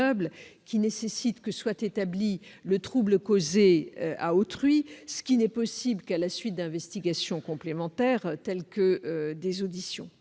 qui nécessite que soit établi le trouble causé à autrui, et ce n'est possible qu'à la suite d'investigations complémentaires, telles que des auditions.